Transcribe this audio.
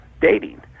dating